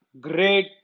great